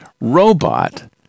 robot